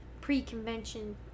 pre-convention